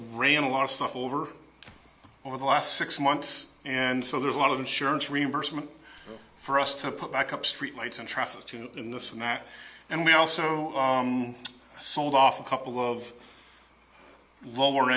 ran a lot of stuff over over the last six months and so there's a lot of insurance reimbursement for us to put back up streetlights and traffic in this and that and we also sold off a couple of lower